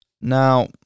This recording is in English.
Now